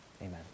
Amen